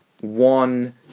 one